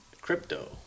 crypto